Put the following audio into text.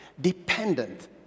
dependent